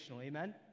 Amen